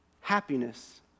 Happiness